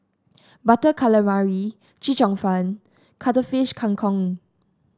Butter Calamari Chee Cheong Fun Cuttlefish Kang Kong